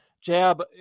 jab